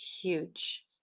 huge